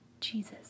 Jesus